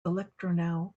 electronow